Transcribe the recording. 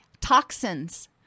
Toxins